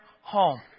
home